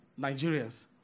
Nigerians